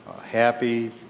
happy